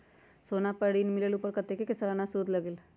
सोना पर जे ऋन मिलेलु ओपर कतेक के सालाना सुद लगेल?